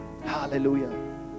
Hallelujah